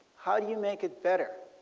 how do you make it better?